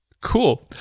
Cool